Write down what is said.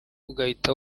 ugahita